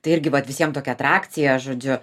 tai irgi vat visiem tokia atrakcija žodžiu